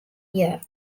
year